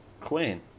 Queen